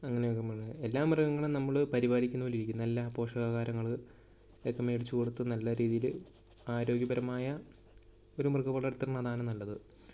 അങ്ങനെ എല്ലാ മൃഗങ്ങളും നമ്മൾ പരിപാലിക്കുന്ന പോലെ ഇരിക്കും നല്ല പോഷകാഹാരങ്ങൾ ഒക്കെ വേടിച്ച് കൊടുത്ത് നല്ല രീതിയിൽ ആരോഗ്യപരമായ ഒരു മൃഗം വളർത്തുന്നതാണ് നല്ലത്